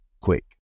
quick